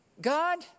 God